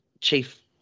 chief